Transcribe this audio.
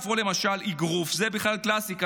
או למשל, אגרוף, זאת בכלל קלאסיקה.